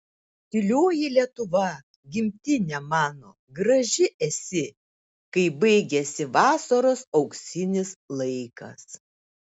tylioji lietuva gimtine mano graži esi kai baigiasi vasaros auksinis laikas